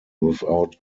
without